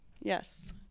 yes